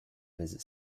visit